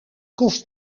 kost